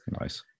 Nice